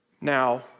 Now